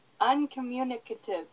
Uncommunicative